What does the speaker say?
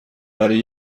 برای